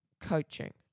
Coaching